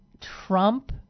Trump